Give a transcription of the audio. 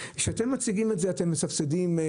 אתם מציגים שאתם מסבסדים.